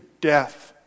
death